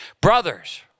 brothers